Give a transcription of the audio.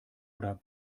oder